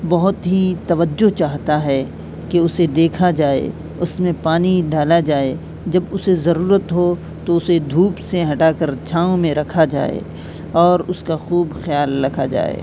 بہت ہی توجہ چاہتا ہے کہ اسے دیکھا جائے اس میں پانی ڈالا جائے جب اسے ضرورت ہو تو اسے دھوپ سے ہٹا كر چھاؤں ميں ركھا جائے اور اس کا خوب خیال رکھا جائے